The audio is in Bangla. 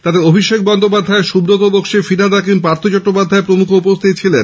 তাতে অভিষেক বন্দ্যোপাধ্যায় সুব্রত বক্সি ফিরহাদ হাকিম পার্থ চট্টোপাধ্যায় প্রমুখ উপস্থিত ছিলেন